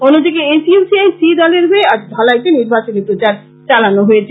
এদিকে S U C I C দলের হয়ে আজ ধলাইতে নির্বাচনী প্রচার চালানো হয়েছে